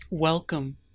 Welcome